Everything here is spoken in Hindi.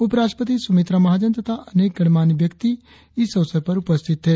उपराष्ट्रपति सुमित्रा महाजन तथा अनेक गणमान्य व्यक्ति इस अवसर पर उपस्थित थे